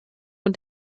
von